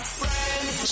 friends